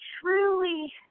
truly